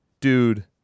dude